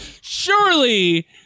surely